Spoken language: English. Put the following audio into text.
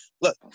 Look